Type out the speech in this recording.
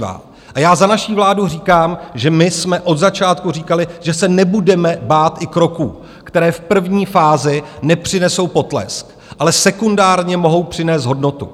A já za vládu říkám, že my jsme od začátku říkali, že se nebudeme bát i kroků, které v první fázi nepřinesou potlesk, ale sekundárně mohou přinést hodnotu.